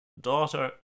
Daughter